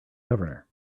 governor